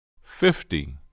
fifty